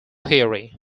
theory